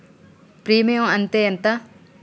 Premium అత్తే ఎంత?